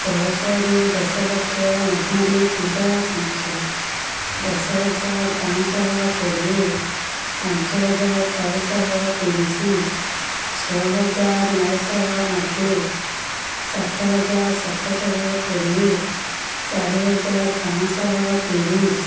ଦଶରୁ ଦଶଲକ୍ଷ ମଧ୍ୟରେ ଥିବା ସଂଖ୍ୟା ଦଶହଜାର ପାଞ୍ଚ ଶହ କୋଡ଼ିଏ ପାଞ୍ଚହଜାର ଚାରିଶହ ତିରିଶ ଛଅହଜାର ନଅଶହ ନବେ ସାତହଜାର ସାତଶହ କୋଡ଼ିଏ ଚାରିହଜାର ପାଞ୍ଚ ଶହ ତିରିଶ